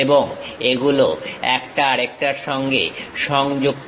এবং এগুলো একটা আরেকটার সঙ্গে সংযুক্ত